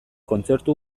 kontzertu